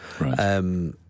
Right